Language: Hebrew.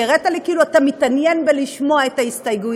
כי הראית לי כאילו אתה מתעניין לשמוע את ההסתייגויות.